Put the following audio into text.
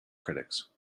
critics